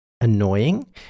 annoying